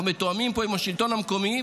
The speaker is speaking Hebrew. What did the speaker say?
אנחנו מתואמים פה עם השלטון המקומי,